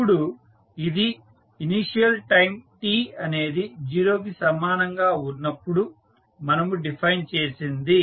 ఇప్పుడు ఇది initial time t అనేది 0 కి సమానం గా ఉన్నప్పుడు మనము డిఫైన్ చేసింది